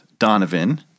Donovan